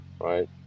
Right